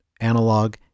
analog